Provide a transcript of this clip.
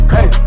Hey